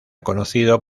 conocido